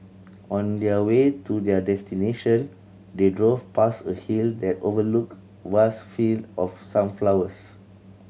on their way to their destination they drove past a hill that overlooked vast field of sunflowers